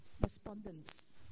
respondents